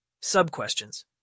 sub-questions